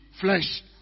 flesh